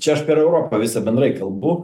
čia aš per europą visą bendrai kalbu